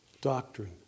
Doctrine